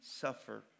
suffer